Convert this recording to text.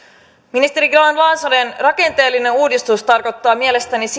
ministeri grahn laasonen rakenteellinen uudistus tarkoittaa mielestäni sitä että